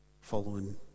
following